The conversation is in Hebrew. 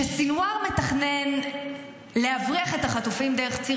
שסנוואר מתכנן להבריח את החטופים דרך ציר